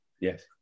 yes